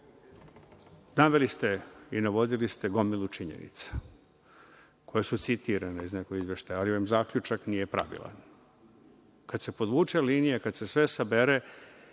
ste i navodili ste gomilu činjenica, koje su citirane iz nekog izveštaja, ali zaključak nije pravilan. Kada se podvuče linija, kada se sve sabere,